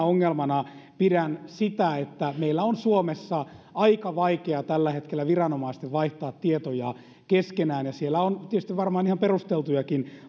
ongelmana pidän sitä että meillä on suomessa aika vaikea tällä hetkellä viranomaisten vaihtaa tietoja keskenään siellä on tietysti varmaan ihan perusteltujakin